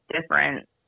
different